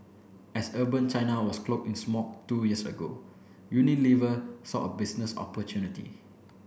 as urban China was cloaked in smog two years ago Unilever saw a business opportunity